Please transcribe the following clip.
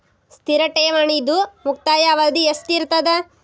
ಸ್ಥಿರ ಠೇವಣಿದು ಮುಕ್ತಾಯ ಅವಧಿ ಎಷ್ಟಿರತದ?